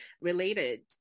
related